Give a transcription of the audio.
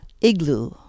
igloo